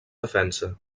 defensa